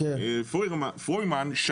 פרוימן,